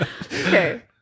Okay